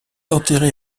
enterré